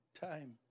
time